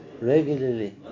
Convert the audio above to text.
regularly